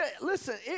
listen